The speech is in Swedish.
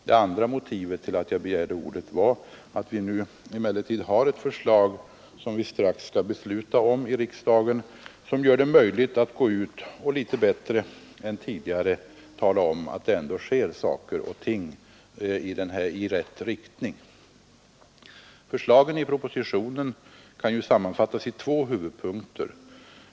Det andra motivet till att jag begärde ordet är att vi nu har ett förslag, som vi strax skall besluta om i riksdagen, vilket ger mig tillfälle att understryka att det här ändå sker saker och ting i rätt riktning. Förslagen i propositionen kan sammanfattas i två huvudpunkter.